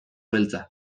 beltza